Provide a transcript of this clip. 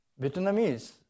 Vietnamese